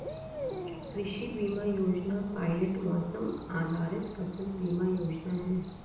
कृषि बीमा योजना पायलट मौसम आधारित फसल बीमा योजना है